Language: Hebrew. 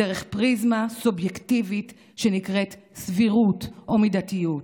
דרך פריזמה סובייקטיבית שנקראת סבירות או מידתיות.